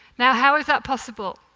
now how is that possible?